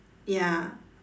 ya